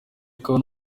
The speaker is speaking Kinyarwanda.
akaba